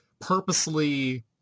purposely